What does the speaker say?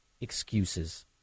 excuses